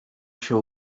się